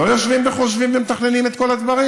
לא יושבים וחושבים ומתכננים את כל הדברים?